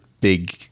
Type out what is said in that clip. big